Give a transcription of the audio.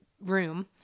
room